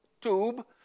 tube